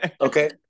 okay